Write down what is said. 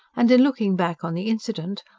and, in looking back on the incident,